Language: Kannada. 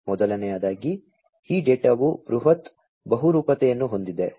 ಮೊದಲನೆಯದಾಗಿ ಈ ಡೇಟಾವು ಬೃಹತ್ ಬಹುರೂಪತೆಯನ್ನು ಹೊಂದಿದೆ